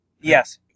Yes